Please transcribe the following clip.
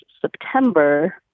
September